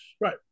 Right